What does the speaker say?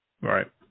Right